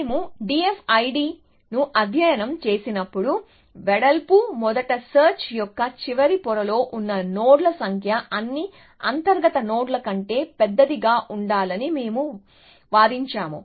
మేము D F I D ను అధ్యయనం చేసినప్పుడు వెడల్పు మొదటి సెర్చ్ యొక్క చివరి పొరలో ఉన్న నోడ్ల సంఖ్య అన్ని అంతర్గత నోడ్ల కంటే పెద్దదిగా ఉండాలని మేము వాదించాము